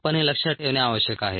आपण हे लक्षात ठेवणे आवश्यक आहे